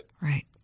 Right